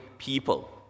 people